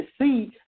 see